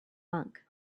monk